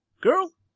Girl